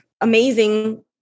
amazing